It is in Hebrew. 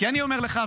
כי אני אומר לך,